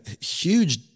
huge